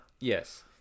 yes